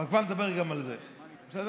אבל כבר נדבר גם על זה, בסדר?